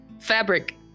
fabric